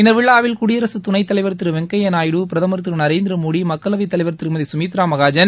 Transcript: இந்த விழாவில் குடியரசு துணைத் தலைவர் திரு வெங்கய்ய நாயுடு பிரதமர் திரு நரேந்திர மோடி மக்களவைத் தலைவர் திருமதி குமித்ரா மஹாஜன்